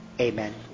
Amen